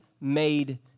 made